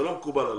מקובל עליי.